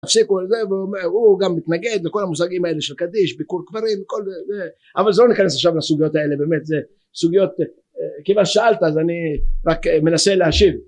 הפסיקו על זה והוא גם מתנגד לכל המושגים האלה של קדיש, ביקור קברים, כל זה אבל זה לא ניכנס עכשיו לסוגיות האלה באמת, זה סוגיות כי אם את שאלת אז אני רק מנסה להשיב